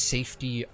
Safety